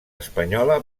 espanyola